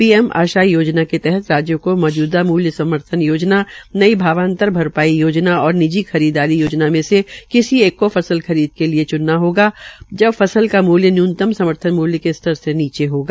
PM आशा योजना के तहत राज्यों को मौजूदा मूल्य समर्थन योजना नई भावांतर भरपाई योजना और निजी खरीदारी योजना में से किसी एक को फसल खरीद के लिए च्नना होगा जब फसल का मूल्य न्यूनतम समर्थन मूल्य के स्तर से नीचे होगा